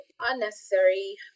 unnecessary